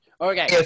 okay